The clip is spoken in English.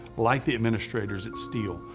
like the administrators at steele,